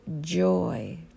joy